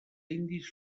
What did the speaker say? indis